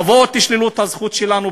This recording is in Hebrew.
תראי את התפילה הזאת, את מסכימה לזה?